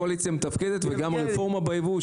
הקואליציה מתפקדת וגם הרפורמה בייבוא,